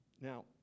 Now